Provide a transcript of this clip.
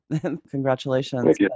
congratulations